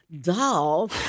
Doll